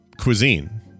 cuisine